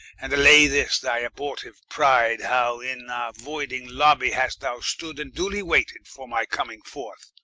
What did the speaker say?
and alay this thy abortiue pride how in our voyding lobby hast thou stood, and duly wayted for my comming forth?